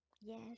Yes